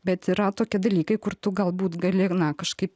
bet yra tokie dalykai kur tu galbūt gali na kažkaip